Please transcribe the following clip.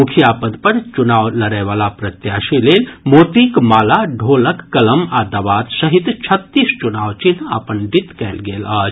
मुखिया पद पर चुनाव लड़यवला प्रत्याशी लेल मोतीक माला ढोलक कलम आ दवात सहित छत्तीस चुनाव चिन्ह आवंटित कयल गेल अछि